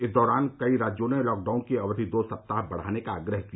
इस दौरान कई राज्यों ने लॉकडाउन की अवधि दो सप्ताह बढ़ाने का आग्रह किया